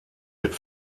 mit